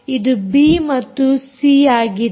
ಇದು ಬಿ ಮತ್ತು ಇದು ಸಿ ಆಗಿದೆ